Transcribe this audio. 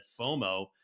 FOMO